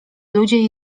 ludzie